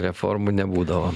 reformų nebūdavo